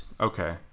Okay